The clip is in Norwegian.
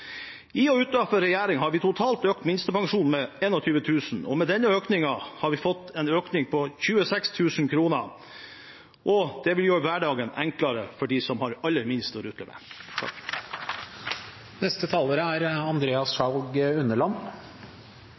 I og utenfor regjering har vi totalt økt minstepensjonen med 21 000 kr, og med denne økningen hadde vi fått en økning på 26 000 kr. Det vil gjøre hverdagen enklere for dem som har aller minst å